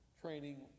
training